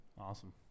awesome